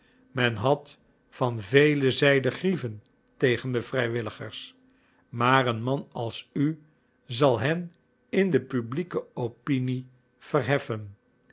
men had van vele zijden grieven tegen de vrijwilligers maar een man als u zal hen in de publieke opinie verheffen